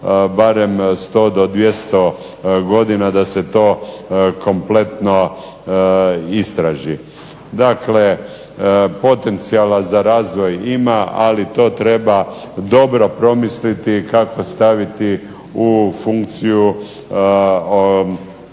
barem 100 do 200 godina da se to kompletno istraži. Dakle potencijala za razvoj ima, ali to treba dobro promisliti kako staviti u funkciju